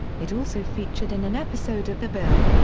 it also featured in an episode of the bill.